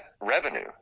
revenue